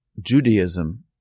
Judaism